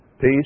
peace